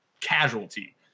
casualty